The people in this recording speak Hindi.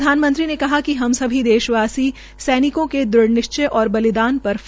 प्रधानमंत्री ने कहा कि हम सभी देश वासी सैनिकों के दृढ़ निश्चय और बलिदान पर फक्र करते है